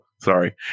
sorry